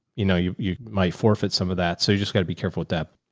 you know, you you might forfeit some of that. so you just gotta be careful with that.